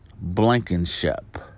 Blankenship